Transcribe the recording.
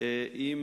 עם